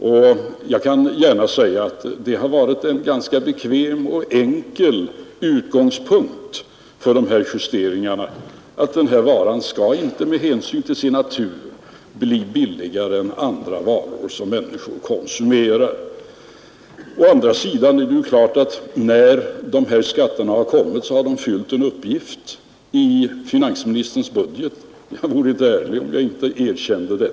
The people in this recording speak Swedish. Och jag skall gärna säga att principen att denna vara med hänsyn till sin natur inte bör bli billigare i förhållande till andra varor som människor konsumerar har varit en ganska bekväm och enkel utgångspunkt för justeringarna. Å andra sidan är det klart att dessa skatter också fyllt en uppgift i finansministerns budget — jag vore inte ärlig om jag inte erkände det.